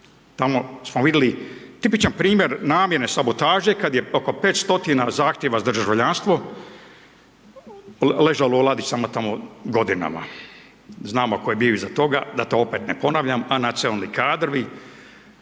tamo smo vidli tipičan primjer namjene sabotaže kad je oko 500 zahtjeva za državljanstvo ležalo u ladicama tamo godinama, znamo ko je bio iza toga, da to opet ne ponavljam, a nacionalni kadrovi